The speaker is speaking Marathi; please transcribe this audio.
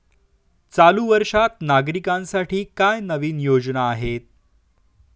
चालू वर्षात नागरिकांसाठी काय नवीन योजना आहेत?